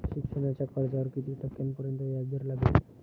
शिक्षणाच्या कर्जावर किती टक्क्यांपर्यंत व्याजदर लागेल?